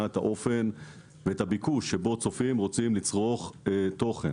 את הביקוש ואת האופן שבו צופים רוצים לצרוך תוכן.